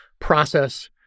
process